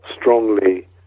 strongly